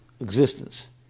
Existence